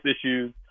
issues